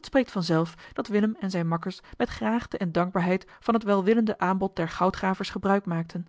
spreekt van zelf dat willem en zijne makkers met graagte en dankbaarheid van het welwillende aanbod der goudgravers gebruik maakten